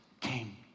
came